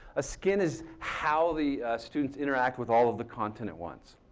a skin is how the students interact with all of the content ones.